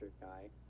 guy